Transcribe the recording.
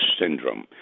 syndrome